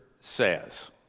says